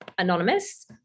anonymous